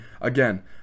Again